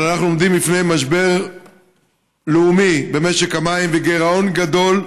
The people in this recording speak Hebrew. אבל אנחנו עומדים בפני משבר לאומי במשק המים וגירעון גדול,